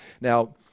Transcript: now